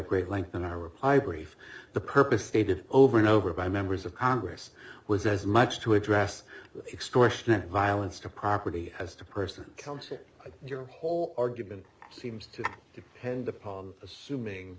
great length in a reply brief the purpose stated over and over by members of congress was as much to address extortionate violence to property as to person council your whole argument seems to depend upon assuming